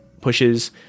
pushes